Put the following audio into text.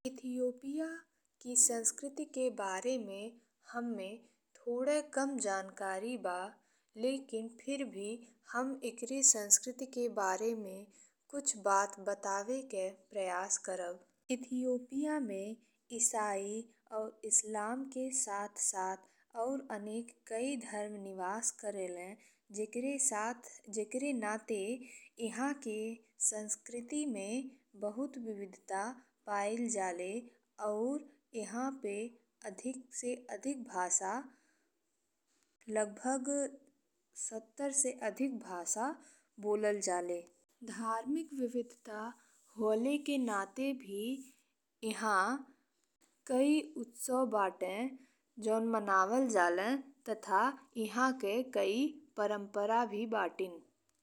Ethiopia की संस्कृति के बारे में हम्मे थोड़े कम जानकारी बा। लेकिन फिर भी हम एकरे संस्कृति के बारे में कुछ बात बतावेके प्रयास करब। इथोपिया में इसाई और इस्लाम के साथ-साथ ओर अनेक कई धर्म निवास करेले। जेकरे साथ जेकरे नाते इहाँ के संस्कृति में बहुते विविधता पाइल जाले, और इहाँ पे अधिक से अधिक भाषा लगभग सत्तर से अधिक भाषा बोलल जाले। धार्मिक विविधता हउवे के नाते भी इहाँ कई उत्सव बाटे जौन मनावल जाले तथा इहाँ के कई परंपरा भी बाटिन।